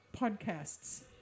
podcasts